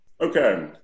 Okay